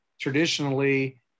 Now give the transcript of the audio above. traditionally